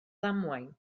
ddamwain